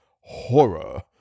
horror